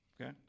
Okay